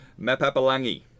Mapapalangi